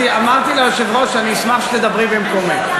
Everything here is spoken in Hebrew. אמרתי ליושב-ראש שאני אשמח שתדברי במקומי.